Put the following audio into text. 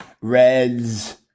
Reds